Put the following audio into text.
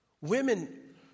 Women